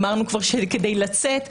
אמרנו שכדי לצאת,